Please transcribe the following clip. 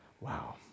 Wow